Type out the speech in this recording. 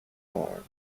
are